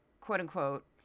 quote-unquote